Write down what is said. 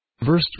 Verse